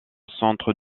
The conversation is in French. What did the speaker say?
centre